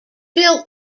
bill